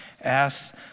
Ask